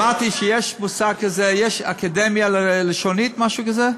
שמעתי שיש מושג כזה, יש אקדמיה לשונית, משהו כזה?